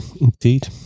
Indeed